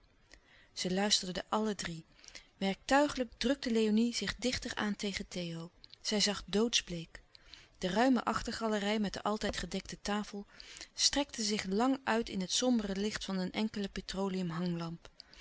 zij luisterden alle drie werktuigelijk drukte léonie zich dichter aan tegen theo zij zag doodsbleek de ruime achtergalerij met de altijd gedekte tafel strekte zich lang uit in het sombere licht van een enkele petroleum hanglamp